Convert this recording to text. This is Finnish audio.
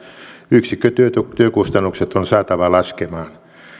yksikkötyökustannukset on saatava laskelmaan